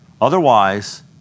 Otherwise